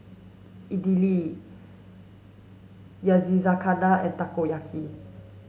Idili Yakizakana and Takoyaki